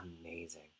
amazing